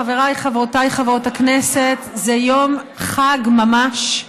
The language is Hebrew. חבריי, חברותיי חברות הכנסת, זה יום חג ממש.